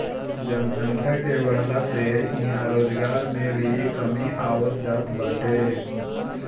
जनसंख्या के बढ़ला से इहां रोजगार में भी कमी आवत जात बाटे